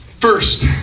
first